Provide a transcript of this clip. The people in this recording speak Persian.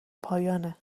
پایانه